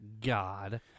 God